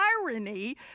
irony